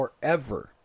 forever